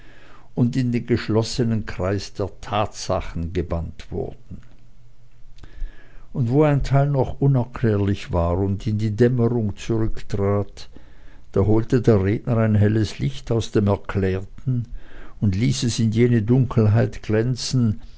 und in den geschlossenen kreis der tatsachen gebannt wurden und wo ein teil noch unerklärlich war und in die dämmerung zurücktrat da holte der redner ein helles licht aus dem erklärten und ließ es in jene dunkelheit glänzen